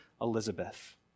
Elizabeth